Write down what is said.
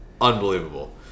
unbelievable